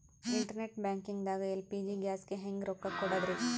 Internet banking ದಾಗ LPG ಗ್ಯಾಸ್ಗೆ ಹೆಂಗ್ ರೊಕ್ಕ ಕೊಡದ್ರಿ?